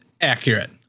accurate